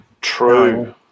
True